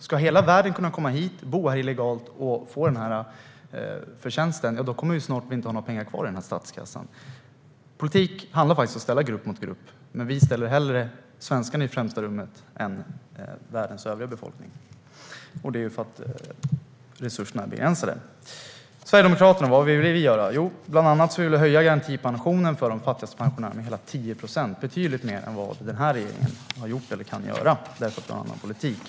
Ska hela världen kunna komma hit, bo här illegalt och få den här förtjänsten kommer vi snart inte att ha några pengar kvar i statskassan. Politik handlar faktiskt om att ställa grupp mot grupp. Men vi sätter hellre svenskarna i främsta rummet än världens övriga befolkning. Det beror på att resurserna är begränsade. Vad vill då vi i Sverigedemokraterna göra? Jo, bland annat vill vi höja garantipensionen för de fattigaste pensionärerna med hela 10 procent. Det är betydligt mer än vad den här regeringen har gjort eller kan göra, då den har en annan politik.